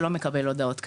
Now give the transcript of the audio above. שלא מקבל הודעות כאלה,